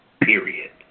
Period